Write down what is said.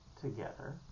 together